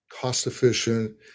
cost-efficient